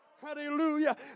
Hallelujah